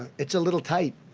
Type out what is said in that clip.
it's a little time.